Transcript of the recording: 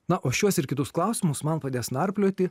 na o šiuos ir kitus klausimus man padės narplioti